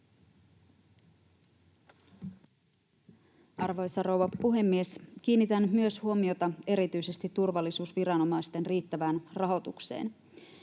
Arvoisa rouva puhemies! Kiinnitän myös huomiota erityisesti turvallisuusviranomaisten riittävään rahoitukseen.